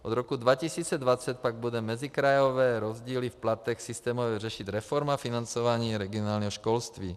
Od roku 2020 pak bude mezikrajové rozdíly v platech systémově řešit reforma financování regionálního školství.